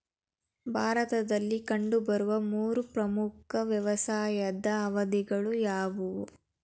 ಭಾರತದಲ್ಲಿ ಕಂಡುಬರುವ ಮೂರು ಪ್ರಮುಖ ವ್ಯವಸಾಯದ ಅವಧಿಗಳು ಯಾವುವು?